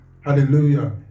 hallelujah